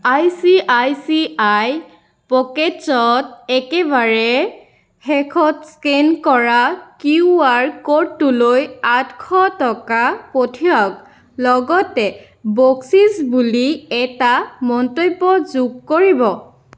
I C I C I পকেটছত একেবাৰে শেষত স্কেন কৰা কিউআৰ ক'ডটোলৈ আঠশ টকা পঠিয়াওক লগতে বকচিচ বুলি এটা মন্তব্য যোগ কৰিব